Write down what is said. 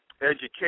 education